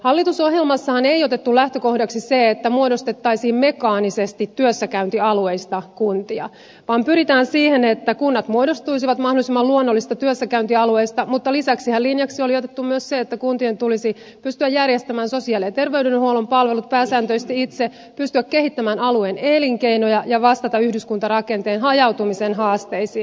hallitusohjelmassahan ei otettu lähtökohdaksi sitä että muodostettaisiin mekaanisesti työssäkäyntialueista kuntia vaan pyritään siihen että kunnat muodostuisivat mahdollisimman luonnollisista työssäkäyntialueista mutta lisäksihän linjaksi oli otettu myös se että kuntien tulisi pystyä järjestämään sosiaali ja terveydenhuollon palvelut pääsääntöisesti itse pystyä kehittämään alueen elinkeinoja ja vastata yhdyskuntarakenteen hajautumisen haasteisiin